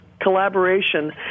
collaboration